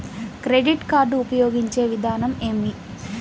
Credit card ఉపయోగించే విధానం ఏమి?